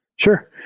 sure.